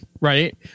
right